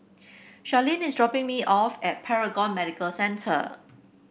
Charline is dropping me off at Paragon Medical Centre